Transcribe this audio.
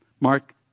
Mark